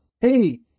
hey